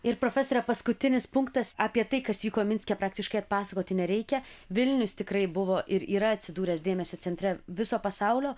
ir profesore paskutinis punktas apie tai kas vyko minske praktiškai atpasakoti nereikia vilnius tikrai buvo ir yra atsidūręs dėmesio centre viso pasaulio